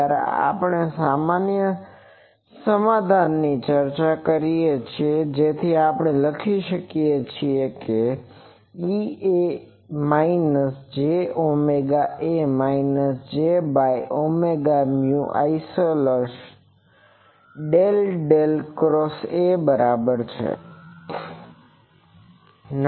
જ્યારે આપણે તે સામાન્ય સમાધાનની ચર્ચા કરીએ છીએ જેથી આપણે લખી શકીએ છીએ EA jωA jωμϵ××AEA એ minus J omega A minus J by omega mu epsilon del del cross A બર્બર છે